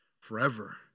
forever